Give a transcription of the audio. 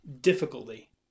difficulty